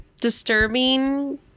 disturbing